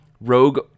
rogue